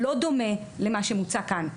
לא דומה למה שמוצע כאן.